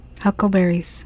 huckleberries